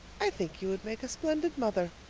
i think you would make a splendid mother.